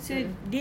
mm mm